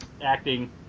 acting